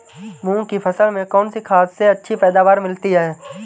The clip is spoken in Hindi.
मूंग की फसल में कौनसी खाद से अच्छी पैदावार मिलती है?